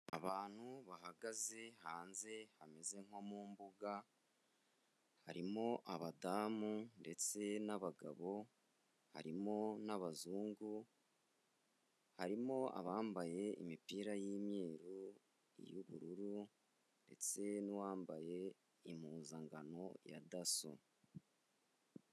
Abantu bahagaze hanze hameze nko mu mbuga harimo abadamu ndetse n'abagabo, harimo n'abazungu. Harimo abambaye imipira y'imyeru, iy'ubururu ndetse n'uwambaye impuzangano ya daso.